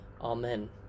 amen